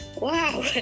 wow